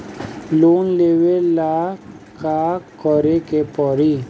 Loan लेबे ला का करे के पड़ी?